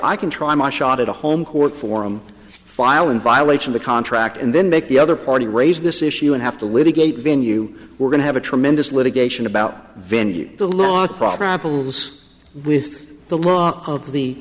i can try my shot at a home court forum file in violation of the contract and then make the other party raise this issue and have litigate venue we're going to have a tremendous litigation about venue a lot of problems with the law of the